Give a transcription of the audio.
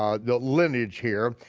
um the lineage here,